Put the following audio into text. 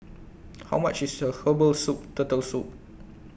How much IS Her Herbal Soup Turtle Soup